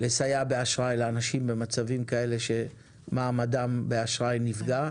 לסייע באשראי לאנשים במצבים כאלה שמעמדם באשראי נפגע,